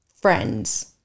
friends